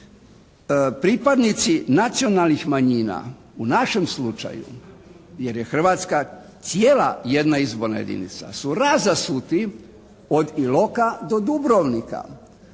Pripadnici nacionalnih manjina u našem slučaju, jer je Hrvatska cijela jedna izborna jedinica su razasuti od Iloka do Dubrovnika.